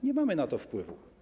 Nie mamy na to wpływu.